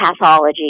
pathology